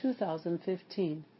2015